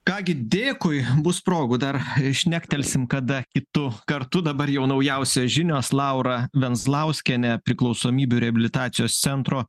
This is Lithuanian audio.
ką gi dėkui bus progų dar šnektelsim kada kitu kartu dabar jau naujausios žinios laura venzlauskienė priklausomybių reabilitacijos centro